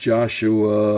Joshua